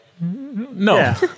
no